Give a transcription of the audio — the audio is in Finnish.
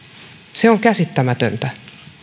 se on käsittämätöntä